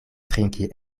trinki